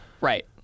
Right